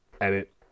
edit